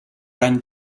ran